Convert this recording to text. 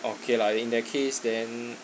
okay lah in that case then